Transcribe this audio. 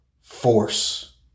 force